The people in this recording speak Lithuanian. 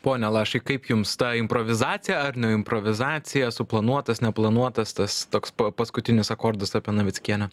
pone lašai kaip jums ta improvizacija ar ne improvizacija suplanuotas neplanuotas tas toks pa paskutinis akordas apie navickienę